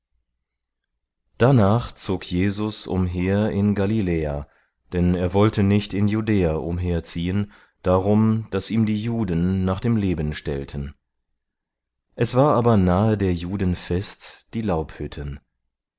darnach zog jesus umher in galiläa denn er wollte nicht in judäa umherziehen darum daß ihm die juden nach dem leben stellten es war aber nahe der juden fest die